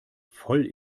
voll